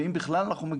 ואם אנחנו בכלל מגיעים,